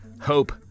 hope